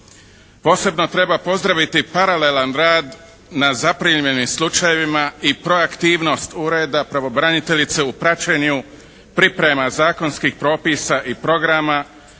Posebno treba pozdraviti paralelan rad na zaprimljenim slučajevima i proaktivnost Ureda pravobraniteljice u praćenju priprema zakonskih propisa i programa